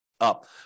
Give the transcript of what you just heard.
Up